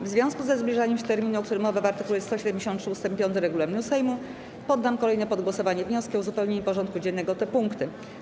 W związku ze zbliżaniem się terminu, o którym mowa w art. 173 ust. 5 regulaminu Sejmu, poddam kolejno pod głosowanie wnioski o uzupełnienie porządku dziennego o te punkty.